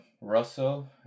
Russell